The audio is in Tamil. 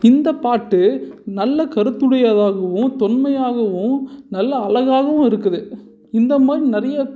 இந்த பாட்டு நல்ல கருத்துடையதாகவும் தொன்மையாகவும் நல்ல அழகாகவும் இருக்குது இந்த மாதிரி நிறைய